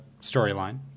storyline